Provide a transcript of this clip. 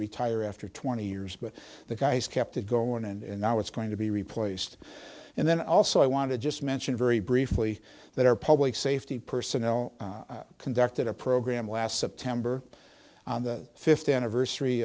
retire after twenty years but the guys kept it going and now it's going to be replaced and then also i want to just mention very briefly that our public safety personnel conducted a program last september on the fifth anniversary